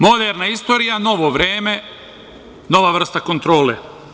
Moderna istorija, novo vreme, nova vrsta kontrole.